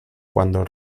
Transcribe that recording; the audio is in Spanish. cuando